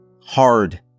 Hard